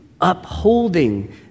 upholding